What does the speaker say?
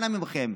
אנא מכם,